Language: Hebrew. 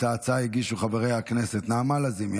את ההצעה הגישו חברי הכנסת נעמה לזימי,